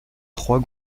trois